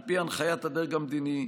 על פי הנחיית הדרג המדיני,